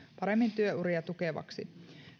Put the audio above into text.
paremmin työuria tukevaksi